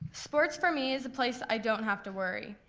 sports for me is a place i don't have to worry.